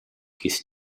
his